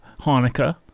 Hanukkah